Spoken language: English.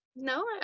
No